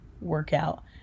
workout